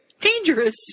Dangerous